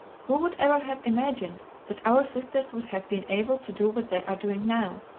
who would ever have imagined that our sisters would have been able to do what they are doing now?